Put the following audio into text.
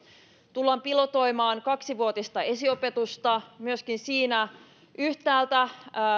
tullaan pilotoimaan kaksivuotista esiopetusta myöskin yhtäältä